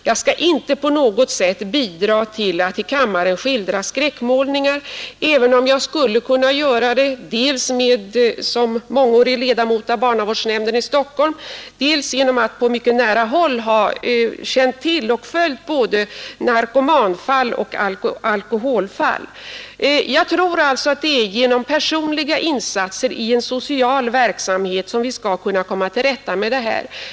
Jag skall inte på något sätt bidra till att för kammaren skildra skräckmålningar, även om jag skulle kunna göra det dels genom att jag är mångårig ledamot av barnavårdsnämnden i Stockholm, dels genom att jag på mycket nära håll har känt till och följt både narkomanfall och alkoholfall. Jag tror att det är genom personliga insatser i en social verksamhet som vi skall kunna komma till rätta med detta.